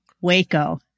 Waco